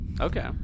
Okay